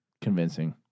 Convincing